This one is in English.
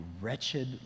wretched